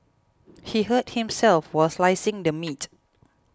he hurt himself while slicing the meat